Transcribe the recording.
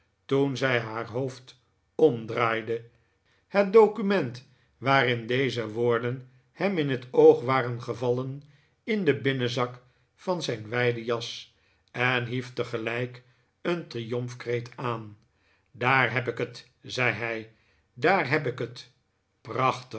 toen zij haar hoofd omdraaide het document waarin deze woorden hem in het oog waren gevallen in den binnenzak van zijn wijde jas en hief tegelijk een triomfkreet aan daar heb ik het zei hij daar heb ik het